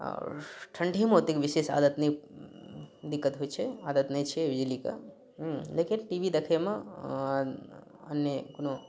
आओर ठंडी मे ओतेक विशेष आदत नहि दिक्कत होइ छै आदत नहि छै बिजलीके लेकिन टी वी देखै मे अन्य कोनो